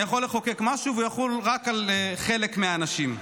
אני יכול לחוקק משהו והוא יחול רק על חלק מהאנשים.